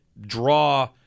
draw